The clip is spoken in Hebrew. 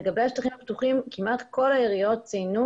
לגבי השטחים הפתוחים כמעט כל העיריות ציינו